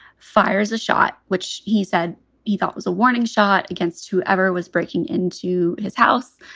fires a shot, which he said he thought was a warning shot against whoever was breaking into his house.